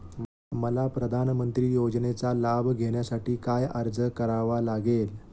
मला प्रधानमंत्री योजनेचा लाभ घेण्यासाठी काय अर्ज करावा लागेल?